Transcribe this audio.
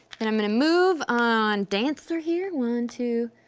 and i'm gonna move on dancer here, one, two,